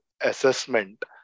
assessment